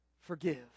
forgive